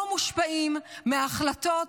מושפעים היום מההחלטות,